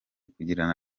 kugirana